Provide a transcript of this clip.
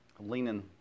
leaning